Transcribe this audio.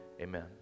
amen